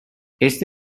este